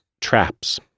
traps